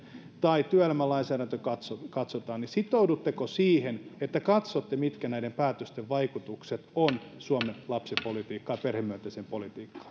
tai työelämän lainsäädäntöä katsotaan katsotaan niin sitoudutteko siihen että katsotte mitkä näiden päätösten vaikutukset ovat suomen lapsipolitiikkaan perhemyönteiseen politiikkaan